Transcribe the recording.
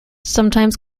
sometimes